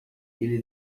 ele